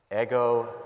Ego